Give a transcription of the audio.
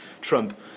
Trump